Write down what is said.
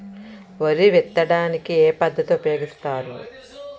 వరి విత్తడానికి ఏ పద్ధతిని ఉపయోగిస్తారు?